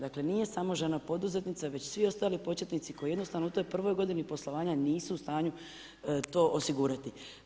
Dakle nije samo žena poduzetnica već svi ostali početnici koji jednostavno u toj prvoj godini poslovanja nisu u stanju to osigurati.